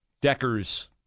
Decker's